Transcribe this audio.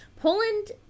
Poland